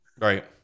right